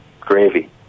Gravy